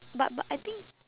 but but I think